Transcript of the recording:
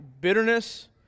bitterness